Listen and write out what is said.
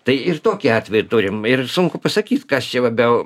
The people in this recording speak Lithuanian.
tai ir tokį atvejį turim ir sunku pasakyt kas čia labiau